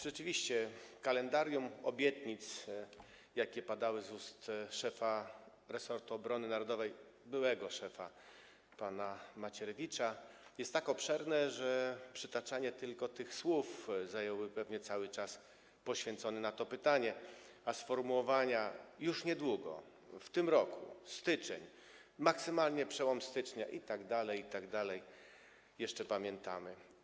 Rzeczywiście kalendarium obietnic, jakie padały z ust byłego szefa resortu obrony narodowej pana Macierewicza, jest tak obszerne, że przytaczanie tylko tych słów zajęłoby pewnie cały czas poświęcony na to pytanie, a sformułowania „już niedługo”, „w tym roku”, „styczeń”, „maksymalnie przełom stycznia” itd., itd. jeszcze pamiętamy.